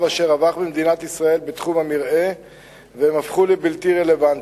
אשר רווח במדינת ישראל בתחום המרעה והם הפכו לבלתי רלוונטיים.